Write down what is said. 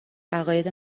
عقاید